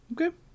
Okay